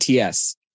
ATS